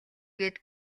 гээд